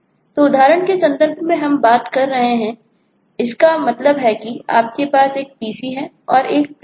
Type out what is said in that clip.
तो उदाहरण के संदर्भ में हम बात कर रहे है इसका मतलब है कि आपके पास एक PC है और एक Printer है